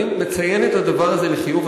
אני מציין את הדבר הזה לחיוב.